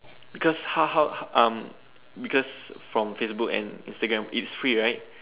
because how how how um because from Facebook and Instagram it's free right